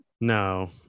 No